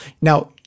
Now